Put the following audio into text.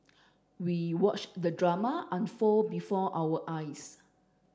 we watched the drama unfold before our eyes